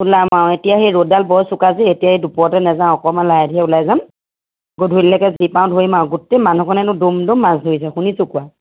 ওলাম আৰু এতিয়া সেই ৰ'দডাল বৰ চোকা যে এতিয়া এই দুপৰতে নাযাওঁ অকণমান লাহে ধীৰে ওলাই যাম গধূলিলৈকে যি পাওঁ ধৰিম আৰু গোটেই মানুহখনে হেনো দ'ম দ'ম মাছ ধৰিছে শুনিছোঁ কোৱা